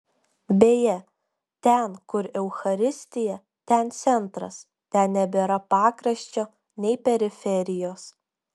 beje ten kur eucharistija ten centras ten nebėra pakraščio nei periferijos